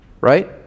right